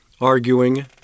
arguing